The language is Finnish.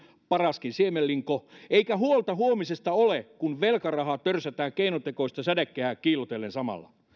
paraskin siemenlinko eikä huolta huomisesta ole kun velkarahaa törsätään keinotekoista sädekehää kiillotellen samalla